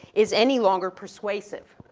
is any longer persuasive.